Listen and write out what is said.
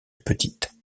petite